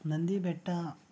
Nandi Betta